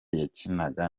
yakinaga